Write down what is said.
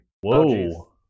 Whoa